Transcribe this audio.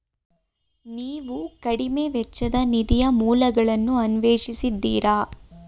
ನೀವು ಕಡಿಮೆ ವೆಚ್ಚದ ನಿಧಿಯ ಮೂಲಗಳನ್ನು ಅನ್ವೇಷಿಸಿದ್ದೀರಾ?